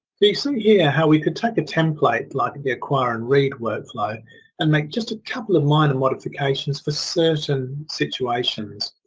see here how we can take a template like the acquire and read workflow and make just a couple of minor modifications, for certain situations.